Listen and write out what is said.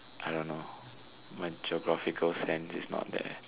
I don't know my geographical sense is not there